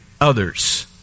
others